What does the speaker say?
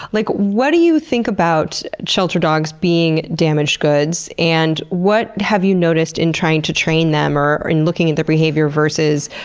like what do you think about shelter dogs being damaged goods, and what have you noticed in trying to train them or in looking at their behavior versus,